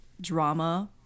drama